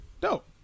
dope